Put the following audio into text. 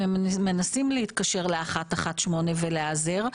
מנסים להתקשר ל-118 ולהיעזר.